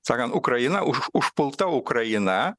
sakant ukraina už užpulta ukraina